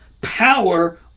power